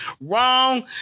Wrong